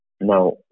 Now